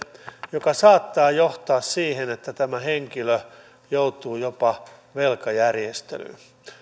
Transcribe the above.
joka saattaa johtaa siihen että tämä henkilö joutuu jopa velkajärjestelyyn